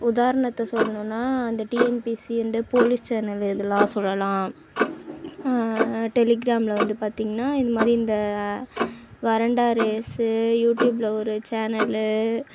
உதாரணத்தை சொல்லணும்னா அந்த டிஎன்பிசி இந்த போலீஸ் சேனல் இதெல்லாம் சொல்லலாம் டெலிக்ராமில் வந்து பார்த்திங்கன்னா இதுமாதிரி இந்த வராண்டா ரேஸு யூடியூபில் ஒரு சேனல்